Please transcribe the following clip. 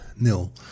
Nil